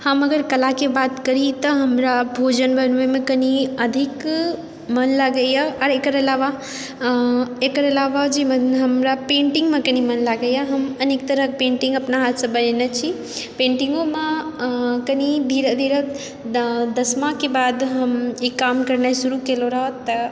हम अगर कलाके बात करी तऽ हमरा भोजन बनबैमे कनि अधिक मोन लागैए आओर एकर अलावा एकर अलावा जे मोन हमरा पेण्टिङ्गमे कनि हमरा मोन लागैए हम अनेक तरहके पेण्टिङ्ग अपना हाथसँ बनेने छी पेण्टिङ्गोंमे कनि धीरे धीरे दसमाके बाद हम ई काम करनाय शुरू कयलहुँ रऽ